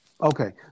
Okay